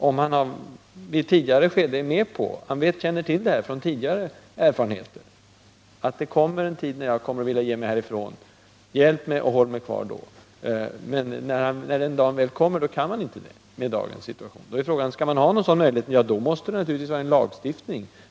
Han kan genom tidigare erfarenhet känna till att det kommer en tid då han vill ge sig av och säga: Hjälp mig och håll mig kvar då. Men när den tidpunkten väl kommer kan man inte göra det med dagens situation. Då gäller det: Skall vi ha en sådan möjlighet, då måste vi naturligtvis ha en lagstiftning.